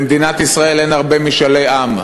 במדינת ישראל אין הרבה משאלי עם,